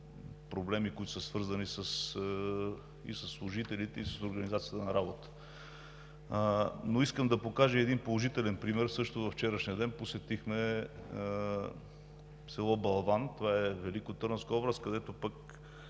проблеми, които са свързани и със служителите, и с организацията на работа. Искам да споделя и един положителен пример. Във вчерашния ден посетихме село Балван, Великотърновска област, където пък